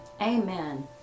Amen